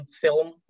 film